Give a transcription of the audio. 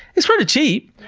it's pretty cheap.